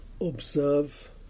observe